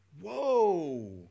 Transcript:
Whoa